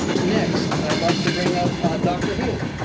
next i'd like to bring up dr. haley.